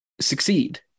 succeed